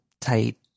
tight